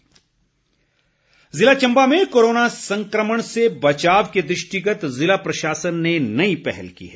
washing pods ज़िला चम्बा में corona संक्रमण से बचाव के दृष्टिगत ज़िला प्रशासन ने नई पहल की है